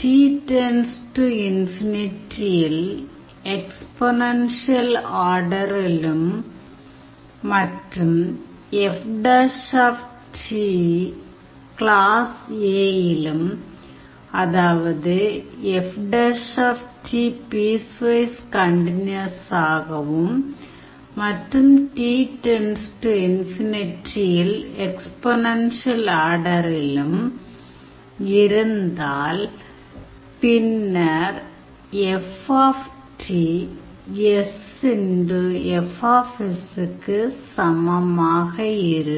t →∞ இல் exponential ஆர்டரிலும் மற்றும் F கிளாஸ் A யிலும் அதாவது F பீஸ்வைஸ் கண்டினியூயஸாகவும் மற்றும் t →∞ இல் எக்ஸ்பொனென்ஷியல் ஆர்டரிலும் இருந்தால் பின்னர் Ft sf க்கு சமமாக இருக்கும்